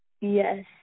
Yes